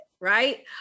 right